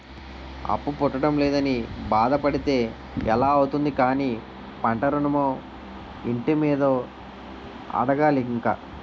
అప్పు పుట్టడం లేదని బాధ పడితే ఎలా అవుతుంది కానీ పంట ఋణమో, ఇంటి మీదో అడగాలి ఇంక